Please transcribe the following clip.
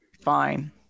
Fine